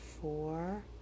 four